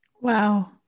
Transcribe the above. Wow